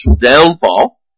downfall